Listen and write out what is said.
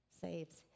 saves